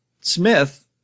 Smith